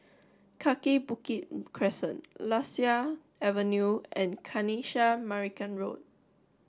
Kaki Bukit Crescent Lasia Avenue and Kanisha Marican Road